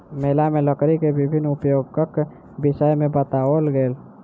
मेला में लकड़ी के विभिन्न उपयोगक विषय में बताओल गेल